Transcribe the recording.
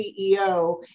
CEO